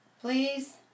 please